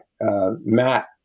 Matt